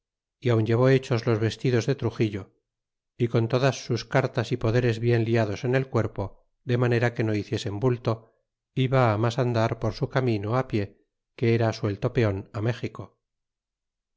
y aun llevó hechos los vestidos de truxillo y con todas sus cartas y poderes bien liados en el cuerpo de manera que no hiciesen vulto iba mas andar por su camino pie que era suelto peon méxico